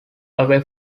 away